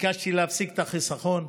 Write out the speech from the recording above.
וביקשתי להפסיק את החיסכון.